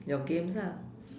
your games ah